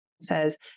says